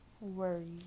worries